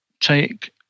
take